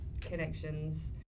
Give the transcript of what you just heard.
connections